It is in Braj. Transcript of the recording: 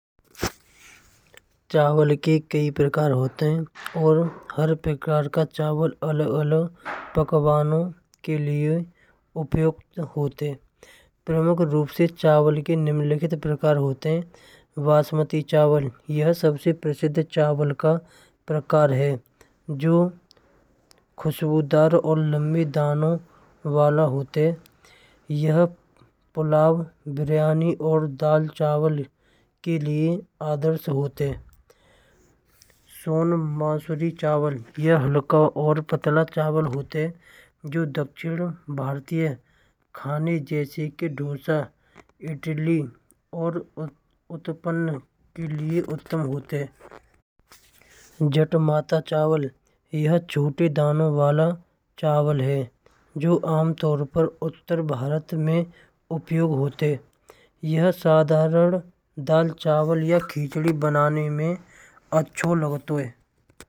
चावल के कई प्रकार होते हैं और हर प्रकार के चावल अलग-अलग पकवानों के लिए उपयुक्त होते हैं। प्रमुख रूप से चावल के निम्नलिखित प्रकार होते हैं। बासमती चावल यह सबसे प्रसिद्ध चावल का प्रकार है। जो खुशबूदार और लंबी दाना वाला होते ये पुलाव बिरयानी और दाल चावल के लिए आदर्श होते हैं। सोण बासमती चावल। यह हल्का और पतला चावल होते जो दक्षिण भारतीय खाने जैसे डोसा, इडली और उत्पम के लिए उत्तम होते हैं। जट माता चावल। यह छोटे दाने वाला चावल है जो सामान्यत उत्तर भारत में उपयोग होते। यह साधारण दाल चावल या खिचड़ी बनाने में अच्छा लगता है।